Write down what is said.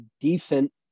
decent